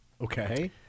Okay